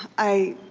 i